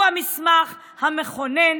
הוא המסמך המכונן